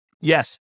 Yes